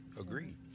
Agreed